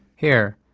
here.